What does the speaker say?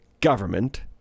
government